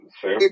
Fair